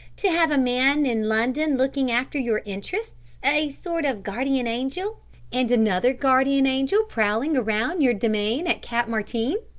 to have a man in london looking after your interests a sort of guardian angel and another guardian angel prowling round your demesne at cap martin?